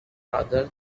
farther